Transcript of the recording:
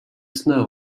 snow